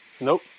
Nope